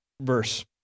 verse